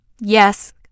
Yes